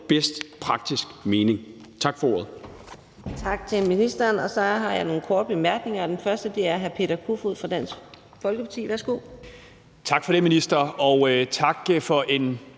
bedst praktisk mening. Tak for ordet.